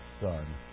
Son